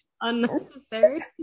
unnecessary